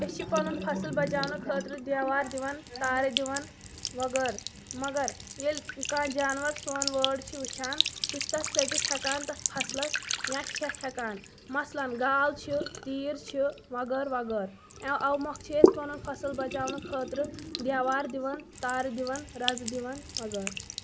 أسۍ چھِ پَنُن فَصٕل بَچاونہٕ خٲطرٕ دیوار دِوان تارِ دِوان وغٲرٕ مگر ییٚلہِ کانٛہہ جاناوَار سون وٲر چھِ وٕچھان سُہ چھِ تَتھ ژٔٹِتھ ہٮ۪کان تَتھ فصلَس یا کھٮ۪تھ ہٮ۪کان مَثلن گاو چھِ تیٖر چھِ وغٲرٕ وغٲرٕ اَ اَوٕ مۄکھٕ چھِ أسۍ پَنُن بَچاونہٕ خٲطرٕ دیوار دِوان تارٕ دِوان رَزٕ دِوان وغٲرٕ